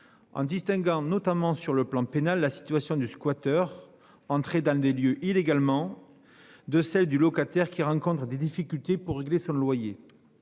En distinguant notamment sur le plan pénal la situation de squatteurs entrés dans des lieux illégalement de celle du locataire qui rencontrent des difficultés pour régler sur le loyer.